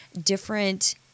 different